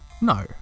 No